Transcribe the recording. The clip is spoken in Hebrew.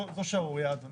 זו שערורייה, אדוני.